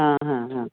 हां हां हां